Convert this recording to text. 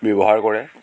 ব্যৱহাৰ কৰে